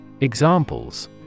Examples